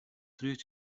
through